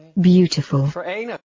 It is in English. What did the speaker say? Beautiful